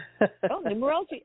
numerology